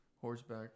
horseback